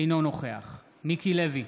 אינו נוכח מיקי לוי,